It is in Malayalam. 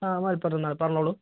ആ മതി പറഞ്ഞോളൂ